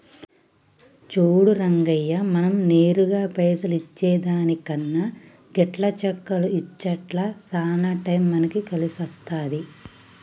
సూడు రంగయ్య మనం నేరుగా పైసలు ఇచ్చే దానికన్నా గిట్ల చెక్కులు ఇచ్చుట్ల సాన టైం మనకి కలిసొస్తాది